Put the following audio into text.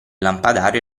lampadario